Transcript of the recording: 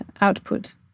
output